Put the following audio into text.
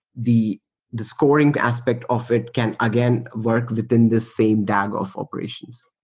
the the scoring aspect of it can again work within the same dag of operations.